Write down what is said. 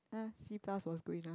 uh C plus was good enough